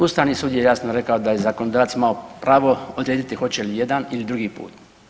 Ustavni sud je jasno rekao da je zakonodavac imao pravo odrediti hoće li jedan ili drugi put.